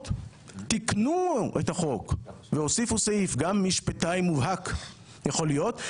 תיקנו את החוק והוסיפו סעיף שגם משפטן מובהק יכול להיות.